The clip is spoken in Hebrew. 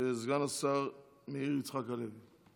סגן השר מאיר יצחק הלוי.